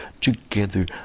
together